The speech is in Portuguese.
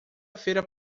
feira